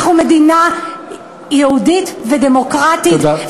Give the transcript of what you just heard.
אנחנו מדינה יהודית ודמוקרטית, תודה.